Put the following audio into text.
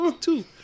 Two